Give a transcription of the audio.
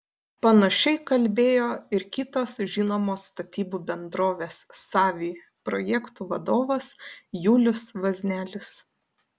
panašiai kalbėjo ir kitos žinomos statybų bendrovės savy projektų vadovas julius vaznelis